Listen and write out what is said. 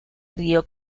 río